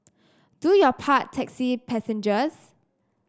do your part taxi passengers